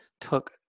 took